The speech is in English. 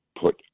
put